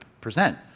present